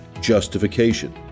justification